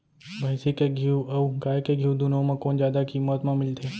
भैंसी के घीव अऊ गाय के घीव दूनो म कोन जादा किम्मत म मिलथे?